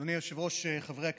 אדוני היושב-ראש, חברי הכנסת,